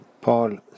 Paul